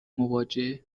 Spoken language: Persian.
مواجه